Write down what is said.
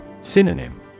Synonym